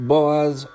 Boaz